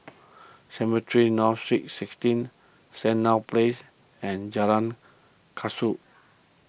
Cemetry North Saint sixteen Sandown Place and Jalan Kasau